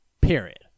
period